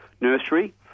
nursery